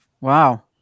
Wow